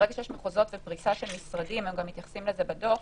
ברגע שיש מחוזות ופריסה של משרדים הם גם מתייחסים לזה בדוח